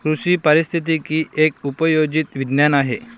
कृषी पारिस्थितिकी एक उपयोजित विज्ञान आहे